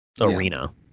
arena